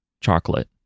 chocolate